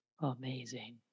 amazing